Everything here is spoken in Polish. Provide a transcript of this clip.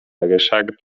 ryszard